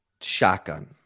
shotgun